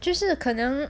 就是可能